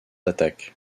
attaques